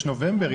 יש נובמבר,